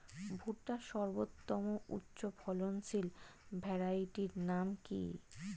ভুট্টার সর্বোত্তম উচ্চফলনশীল ভ্যারাইটির নাম কি?